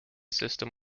system